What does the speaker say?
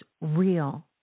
real